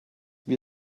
wir